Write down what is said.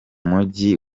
mujyi